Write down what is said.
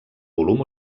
volum